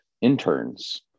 interns